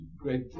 great